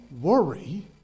worry